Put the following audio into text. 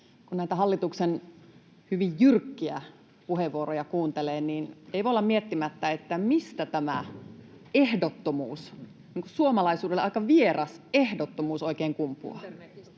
Kun näitä hallituksen hyvin jyrkkiä puheenvuoroja kuuntelee, niin ei voi olla miettimättä, mistä tämä ehdottomuus, suomalaisuudelle aika vieras ehdottomuus, oikein kumpuaa,